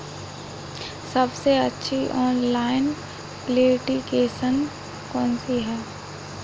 सबसे अच्छी online application कौन सी है?